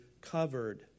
covered